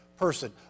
person